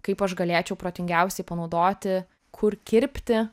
kaip aš galėčiau protingiausiai panaudoti kur kirpti